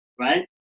right